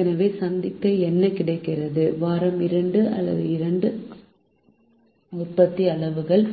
எனவே சந்திக்க என்ன கிடைக்கிறது வாரம் 2 அல்லது 2 உற்பத்தி அளவுகள்